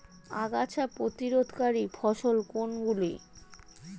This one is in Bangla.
আগাছা প্রতিরোধকারী ফসল কোনগুলি?